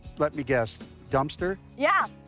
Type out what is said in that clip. let me guess dumpster? yeah.